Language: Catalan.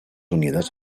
unides